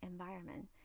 environment